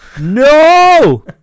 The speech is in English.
No